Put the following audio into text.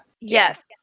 Yes